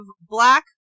black